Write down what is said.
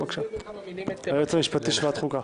בקשת יו"ר ועדת החוקה